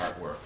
artwork